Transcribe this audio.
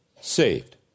saved